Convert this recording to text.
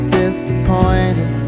disappointed